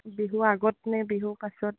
বিহুৰ আগত নে বিহুৰ পাছত